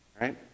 right